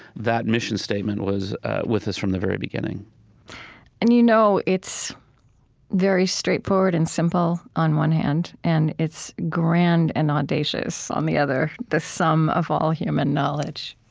that mission statement, was with us from the very beginning and you know it's very straightforward and simple on one hand, and it's grand and audacious on the other, the sum of all human knowledge.